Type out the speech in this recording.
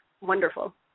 wonderful